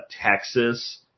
Texas